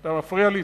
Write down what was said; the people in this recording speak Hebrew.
אתה מפריע לי.